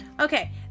Okay